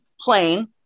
plain